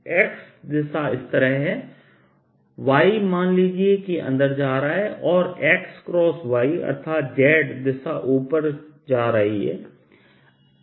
x दिशा इस तरह है y मान लीजिए कि अंदर जा रहा है और xy अर्थात z दिशा ऊपर जा रही है